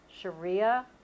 Sharia